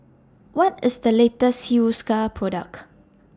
What IS The latest Hiruscar Product